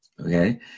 okay